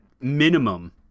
minimum